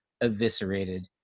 eviscerated